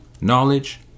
knowledge